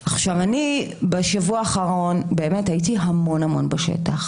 עכשיו, אני בשבוע האחרון הייתי המון המון בשטח.